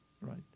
right